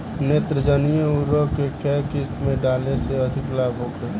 नेत्रजनीय उर्वरक के केय किस्त में डाले से अधिक लाभ होखे?